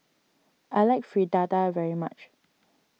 I like Fritada very much